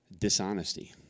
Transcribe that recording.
Dishonesty